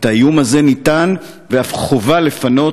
את האיום הזה ניתן ואף חובה לפנות,